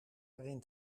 erin